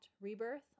rebirth